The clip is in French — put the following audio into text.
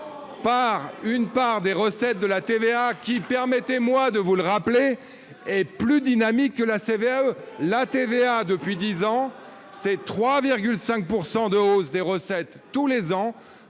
par une part des recettes de la TVA, qui, permettez-moi de vous le rappeler, est plus dynamique que la CVAE. La TVA, depuis dix ans, c'est 3,5 % de hausse des recettes tous les ans,